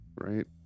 right